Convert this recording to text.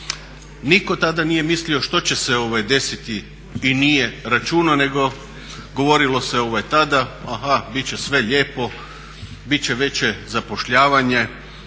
Niko tada nije mislio što će se desiti i nije računao nego govorilo se tada aha bit će sve lijep, bit će veće zapošljavanje,